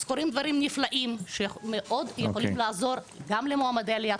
אז קורים דברים נפלאים שמאוד יכולים לעזור גם למועמדי עלייה